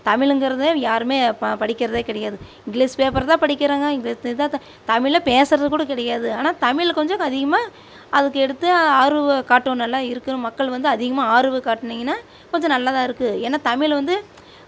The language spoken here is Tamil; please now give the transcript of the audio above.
தமிழுங்கிறதே யாருமே பா படிக்கிறதே கிடையாது இங்கிலீஸ் பேப்பர் தான் படிக்கிறாங்க இங்கிலீஸில் தான் தா தமிழே பேசுறது கூட கிடையாது ஆனால் தமிழை கொஞ்சக்கு அதிகமாக அதுக்கு எடுத்து ஆர்வோம் காட்டுணும் நல்லா இருக்குன்னு மக்கள் வந்து அதிகமாக ஆர்வம் காட்டினீங்கன்னா கொஞ்சம் நல்லதாக இருக்குது ஏனால் தமிழ் வந்து